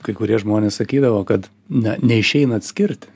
kai kurie žmonės sakydavo kad na neišeina atskirti